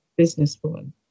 businesswoman